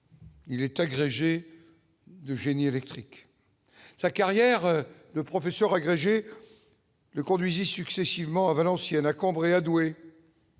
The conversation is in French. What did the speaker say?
Il est agrégé de génie électrique, sa carrière de professeur agrégé le conduisit successivement à Valenciennes, à Cambrai, à Douai.